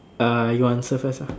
uh you answer first ah